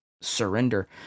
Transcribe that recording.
surrender